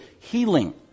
healing